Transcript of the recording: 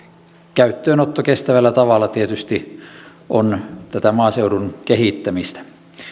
käyttöönotto kestävällä tavalla tietysti on tätä maaseudun kehittämistä